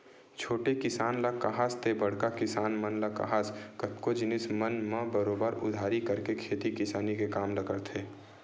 छोटे किसान ल काहस ते बड़का किसान मन ल काहस कतको जिनिस मन म बरोबर उधारी करके खेती किसानी के काम ल करथे